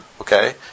okay